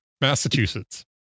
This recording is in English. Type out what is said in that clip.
Massachusetts